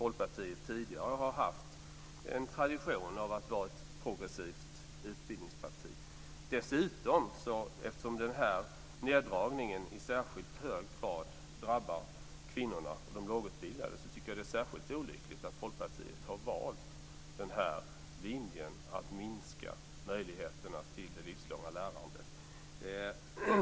Folkpartiet har tidigare haft en tradition av att vara ett progressivt utbildningsparti. Eftersom neddragningen i särskilt hög grad drabbar kvinnorna och de lågutbildade, är det särskilt olyckligt att Folkpartiet har valt linjen att minska möjligheterna till det livslånga lärandet.